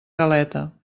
galeta